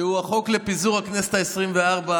שהוא החוק לפיזור הכנסת העשרים-וארבע,